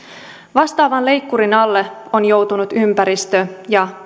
vastaavan leikkurin alle ovat joutuneet ympäristö ja